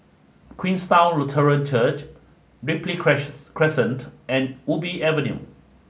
Queenstown Lutheran Church Ripley Crescent and Ubi Avenue